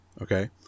Okay